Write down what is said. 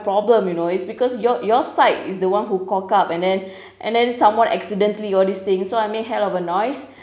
problem you know it's because your your side is the one who cock up and then and then someone accidentally all these thing so I made hell of a noise